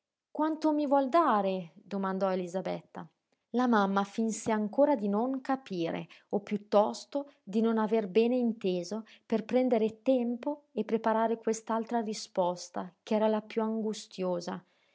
quanto mi vuol dare domandò elisabetta la mamma finse ancora di non capire o piuttosto di non aver bene inteso per prendere tempo e preparare quest'altra risposta ch'era la piú angustiosa